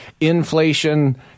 inflation